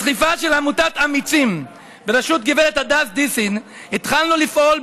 בדחיפה של עמותת אמיצים בראשות הגב' הדס דיסין התחלנו לפעול,